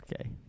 Okay